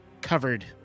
covered